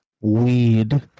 weed